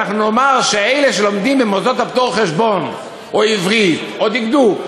נאמר שאלה שלומדים במוסדות הפטור חשבון או עברית או דקדוק,